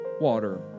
water